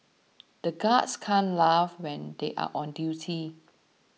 the guards can't laugh when they are on duty